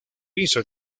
hizo